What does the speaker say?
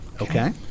Okay